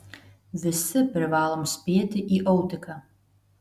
visi privalom spėti į autiką